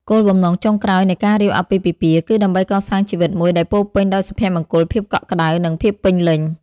គោលបំណងចុងក្រោយនៃការរៀបអាពាហ៍ពិពាហ៍ គឺដើម្បីកសាងជីវិតមួយដែលពោរពេញដោយសុភមង្គល ភាពកក់ក្តៅ និងភាពពេញលេញ។